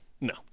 No